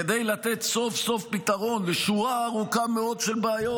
כדי לתת סוף-סוף פתרון לשורה ארוכה מאוד של בעיות.